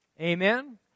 Amen